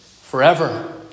forever